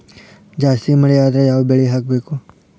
ಜಾಸ್ತಿ ಮಳಿ ಆದ್ರ ಯಾವ ಬೆಳಿ ಹಾಕಬೇಕು?